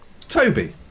Toby